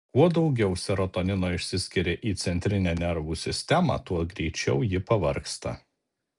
kuo daugiau serotonino išsiskiria į centrinę nervų sistemą tuo greičiau ji pavargsta